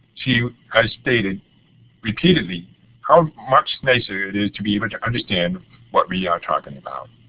she has stated repeatedly how much nicer it is to be able to understand what we are talking about.